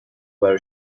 برای